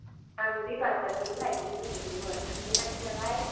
आं बे बाजारखौनो नायहैनो लुबैदोंमोन थांफेराखै नालाय